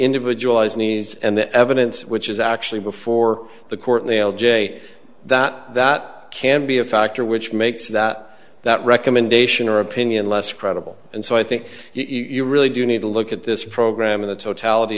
individual his knees and the evidence which is actually before the court in the l j that that can be a factor which makes that that recommendation or opinion less credible and so i think you really do need to look at this program in the totality